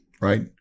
right